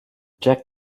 jack